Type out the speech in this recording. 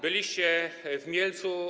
Byliście w Mielcu.